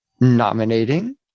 nominating